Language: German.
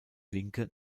linke